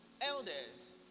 elders